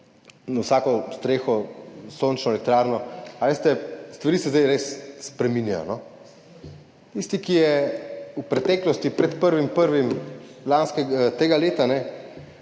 na vsako streho sončno elektrarno, veste, stvari se zdaj res spreminjajo. Tisti, ki je v preteklosti, pred 1. 1. tega leta,